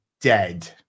dead